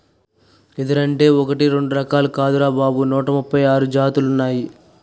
ఎదురంటే ఒకటీ రెండూ రకాలు కాదురా బాబూ నూట ముప్పై ఆరు జాతులున్నాయ్